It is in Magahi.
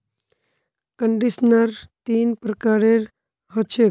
कंडीशनर तीन प्रकारेर ह छेक